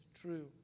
true